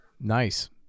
Nice